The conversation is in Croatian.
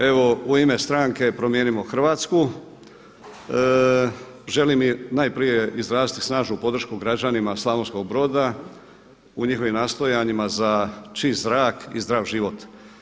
Evo u ime stranke „Promijenimo Hrvatsku“ želim najprije izraziti snažnu podršku građanima Slavonskog Broda u njihovim nastojanjima za čist zrak i zdrav život.